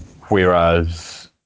whereas